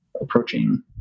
approaching